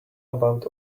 about